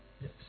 Yes